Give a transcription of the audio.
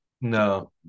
no